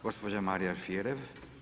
Gospođa Marija Alfirev.